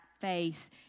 face